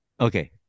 Okay